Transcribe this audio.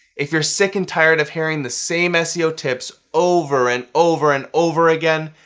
if you're sick and tired of hearing the same ah seo tips over and over and over again,